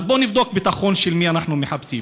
אז בואו נבדוק ביטחון של מי אנחנו מחפשים: